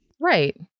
Right